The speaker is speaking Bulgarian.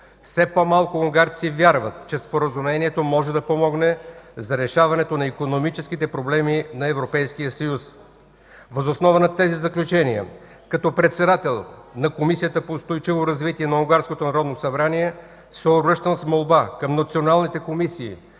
Все по-малко унгарци вярват, че Споразумението може да помогне за решаването на икономическите проблеми на Европейския съюз. Въз основа на тези заключения като председател на Комисията по устойчиво развитие на Унгарското народно събрание се обръщам с молба към националните комисии